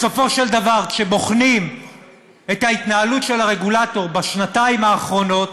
בסופו של דבר כשבוחנים את ההתנהלות של הרגולטור בשנתיים האחרונות,